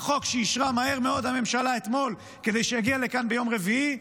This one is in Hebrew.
והחוק שאישרה מהר מאוד הממשלה אתמול כדי שיגיע לכאן ביום רביעי,